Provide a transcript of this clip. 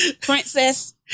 Princess